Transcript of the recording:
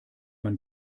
man